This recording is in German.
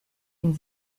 ihn